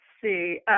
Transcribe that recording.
see